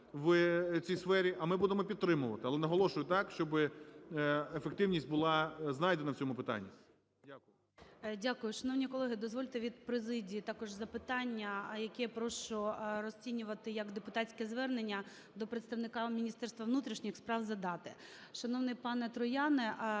в цій сфері, а ми будемо підтримувати. Але наголошую, так, щоб ефективність була знайдена в цьому питанні.